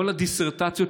כל הדיסרטציות,